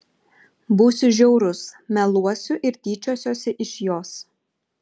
būsiu žiaurus meluosiu ir tyčiosiuosi iš jos